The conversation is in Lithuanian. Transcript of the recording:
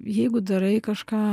jeigu darai kažką